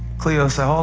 cleo said, hold